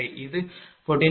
இது 14